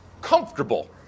comfortable